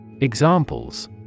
Examples